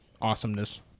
Awesomeness